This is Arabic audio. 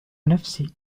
نفسي